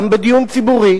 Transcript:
גם בדיון ציבורי